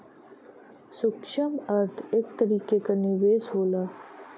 सूक्ष्म अर्थ एक तरीके क निवेस होला